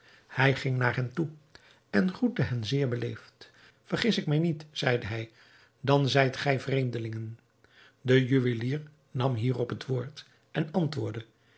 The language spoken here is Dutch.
hij ging naar hen toe en groette hen zeer beleefd vergis ik mij niet zeide hij dan zijt gij vreemdelingen de juwelier nam hierop het woord en antwoordde